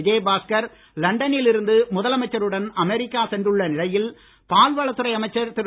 விஜயபாஸ்கர் லண்டனில் இருந்து முதலமைச்சருடன் அமெரிக்கா சென்றுள்ள நிலையில் பால்வளத் துறை அமைச்சர் திரு